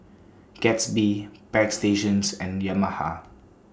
Gatsby Bagstationz and Yamaha